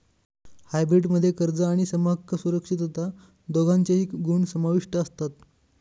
hybrid मध्ये कर्ज आणि समहक्क सुरक्षितता दोघांचेही गुण समाविष्ट असतात